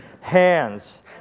hands